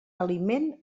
aliment